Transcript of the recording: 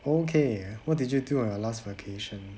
okay what did you do on your last vacation